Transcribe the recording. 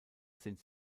sind